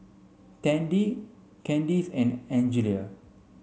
Tandy Candyce and Angelia